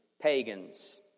pagans